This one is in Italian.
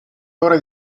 ora